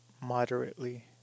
moderately